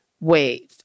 wave